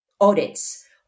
audits